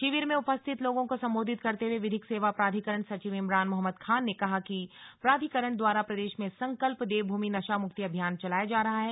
शिविर में उपस्थित लोगों को सम्बोधित करते हुए विधिक सेवा प्राधिकरण सचिव इमरान मोहम्मद खान ने कहा कि प्राधिकरण द्वारा प्रदेश मे संकल्प देवभूमि नशा मुक्ति अभियान चलाया जा रहा है